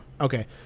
Okay